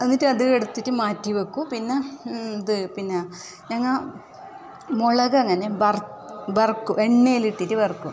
എന്നിട്ടത് എടുത്തിട്ട് മാറ്റി വെക്കും പിന്നെ ത് പിന്നെ ഞങ്ങൾ മുളക് അങ്ങനെ ബറ വറക്കും എണ്ണയിലിട്ടിട്ട് വറക്കും